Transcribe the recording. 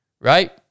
right